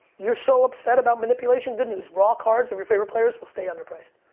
you're so upset about manipulation? good news, raw cards of your favorite players will stay underpriced.